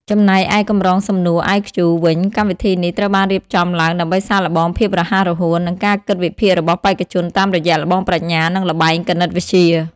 ចំណែកឯកម្រងសំណួរ IQ វិញ កម្មវិធីនេះត្រូវបានរៀបចំឡើងដើម្បីសាកល្បងភាពរហ័សរហួន និងការគិតវិភាគរបស់បេក្ខជនតាមរយៈល្បងប្រាជ្ញា និងល្បែងគណិតវិទ្យា។